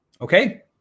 Okay